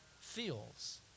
feels